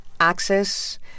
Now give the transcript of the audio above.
access